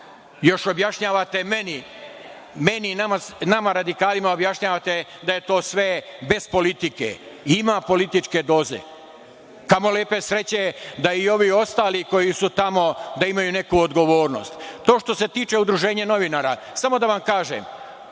Još objašnjavate meni, meni i nama radikalima objašnjavate da je to sve bez politike. Ima političke doze. Kamo lepe sreće da i ovi ostali koji su tamo, da imaju neku odgovornost. To što se tiče udruženja novinara, samo da vam kažem,